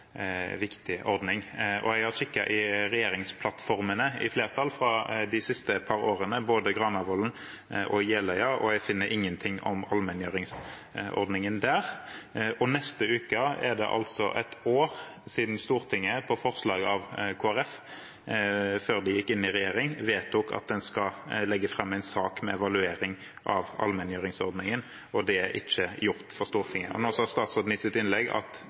viktig ordning. Jeg har kikket i regjeringsplattformene fra de siste par årene, både Granavolden-plattformen og Jeløya-plattformen, og jeg finner ingenting om allmengjøringsordningen der. Neste uke er det altså et år siden Stortinget etter forslag fra Kristelig Folkeparti før de gikk inn i regjering, vedtok at en skal legge fram en sak for Stortinget om en evaluering av allmenngjøringsordningen, og det er ikke gjort. Nå sa statsråden i sitt innlegg at